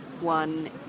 One